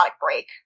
break